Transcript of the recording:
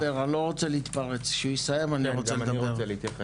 כשיסיים אני רוצה להתייחס.